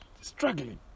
struggling